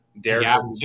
Derek